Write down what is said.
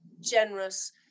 generous